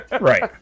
Right